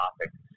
topics